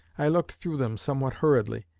i looked through them somewhat hurriedly,